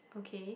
okay